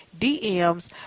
DMs